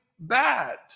bad